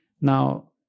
Now